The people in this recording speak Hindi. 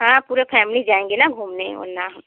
हाँ पूरा फ़ैमली जाएँगे ना घूमने उन्ना